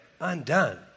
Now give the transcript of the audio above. undone